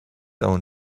own